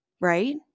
right